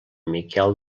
miquel